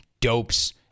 dopes